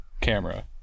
camera